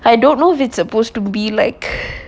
I don't know if it's supposed to be like